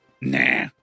nah